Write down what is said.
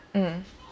mm